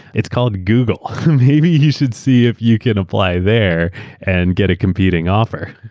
it's called google. maybe you should see if you can apply there and get a competing offer.